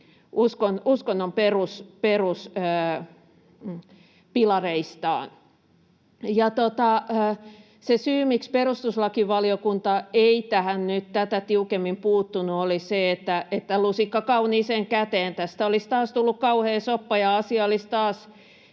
uskonnon perusperuspilareistaan. Syy, miksi perustuslakivaliokunta ei tähän nyt tätä tiukemmin puuttunut, oli se, että otettiin lusikka kauniiseen käteen, sillä tästä olisi taas tullut kauhea soppa, ja asia olisi taas